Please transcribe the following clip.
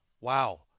wow